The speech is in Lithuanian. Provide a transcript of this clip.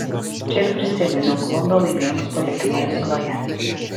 čia ir prisiminiau klumbio laimėjimus politinėje veikloje